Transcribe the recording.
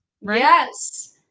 Yes